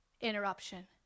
interruption